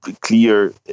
clear